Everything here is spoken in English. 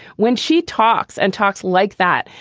when she talks and talks like that.